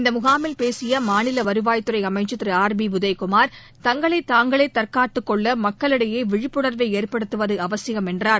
இந்த முகாமில் பேசிய மாநில வருவாய்த்துறை அமைச்சர் திரு ஆர் பி உதயகுமார் தங்களை தாங்களே தற்காத்துக்கொள்ள மக்களிடையே விழிப்புணர்வை ஏற்படுத்துவது அவசியம் என்றார்